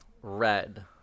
Red